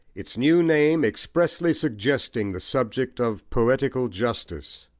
its new name expressly suggesting the subject of poetical justice.